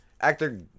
actor